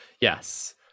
yes